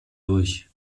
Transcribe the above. durch